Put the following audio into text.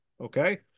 Okay